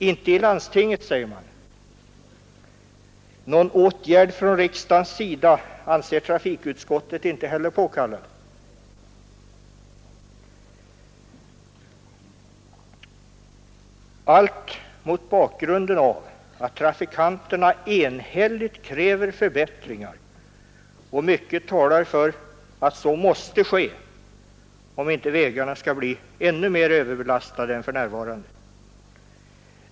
Inte i landstinget, säger man, och någon åtgärd från riksdagens sida anser trafikutskottet inte heller påkallad. Allt mot bakgrunden av att trafikanterna enhälligt kräver förbättringar — och mycket talar för att sådana måste till om inte vägarna skall bli ännu mer överbelastade än för närvarande.